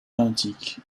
benthique